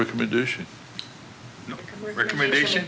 recommendation recommendation